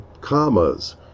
commas